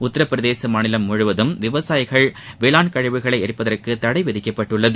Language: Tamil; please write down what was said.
உத்தரபிரதேச மாநிலம் முழுவதும் விவசாயிகள் வேளாண் கழிவுகளை எரிப்பதற்கு தடை விதிக்கப்பட்டுள்ளது